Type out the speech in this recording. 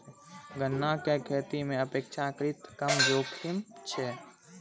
गन्ना के खेती मॅ अपेक्षाकृत कम जोखिम छै